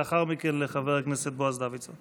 לאחר מכן, גם לחבר הכנסת סימון דוידסון.